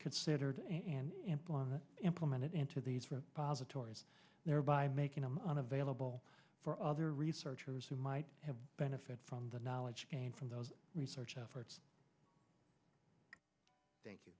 considered and implement implemented into these positive or is there by making them unavailable for other researchers who might have benefit from the knowledge gained from those research efforts thank you